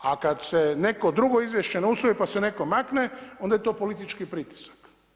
A kada se netko drugo izvješće ne usvoji pa se netko makne, onda je to politički pritisak.